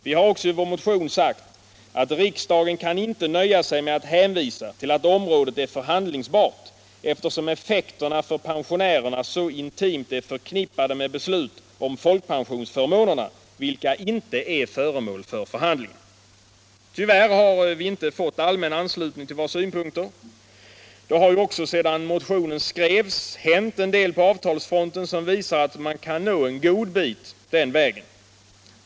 Vi har också i vår motion sagt: ”Riksdagen kan inte nöja sig med att hänvisa till att området är förhandlingsbart, eftersom effekterna för pensionärerna så intimt är förknippade med beslut om folkpensionsförmånerna vilka inte är föremål för förhandlingar.” Tyvärr har vi inte fått allmän anslutning till våra synpunkter. Det har ju också sedan motionen skrevs hänt en del på avtalsfronten som visar att man kan nå en god bit den vägen.